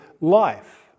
life